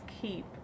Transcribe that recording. keep